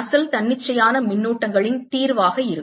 அசல் தன்னிச்சையான மின்னூட்டங்கள் இன் தீர்வாக இருக்கும்